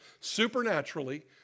supernaturally